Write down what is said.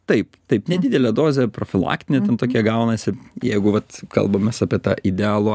taip taip nedidelė dozė profilaktinė tokia gaunasi jeigu vat kalbam mes apie tą idealų